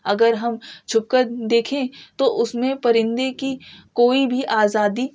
اگر ہم چھپ کر دیکھیں تو اس میں پرندے کی کوئی بھی آزادی